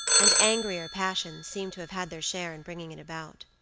and angrier passions seemed to have had their share in bringing it about.